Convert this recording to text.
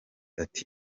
ati